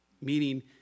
meaning